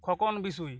Khokon Bisui